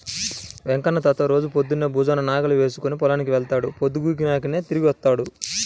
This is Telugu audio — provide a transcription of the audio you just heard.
వెంకన్న తాత రోజూ పొద్దన్నే భుజాన నాగలి వేసుకుని పొలానికి వెళ్తాడు, పొద్దుగూకినాకే తిరిగొత్తాడు